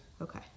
Okay